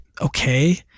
okay